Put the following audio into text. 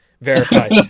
Verified